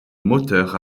moteurs